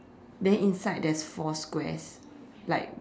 then inside there's four squares like